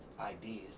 ideas